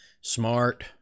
smart